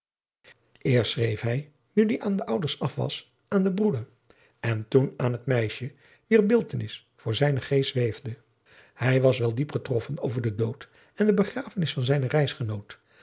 schreef hij nu die aan de ouders af was aan den broeder adriaan loosjes pzn het leven van maurits lijnslager en toen aan het meisje wier beeldtenis voor zijnen geest zweefde hij was wel diep getroffen over den dood en de begrafenis van zijnen reisgenoot